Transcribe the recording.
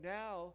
now